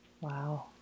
Wow